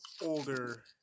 older